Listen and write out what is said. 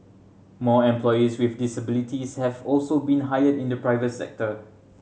more employees with disabilities have also been hired in the private sector